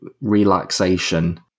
relaxation